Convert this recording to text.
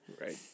right